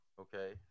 okay